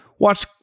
Watch